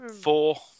four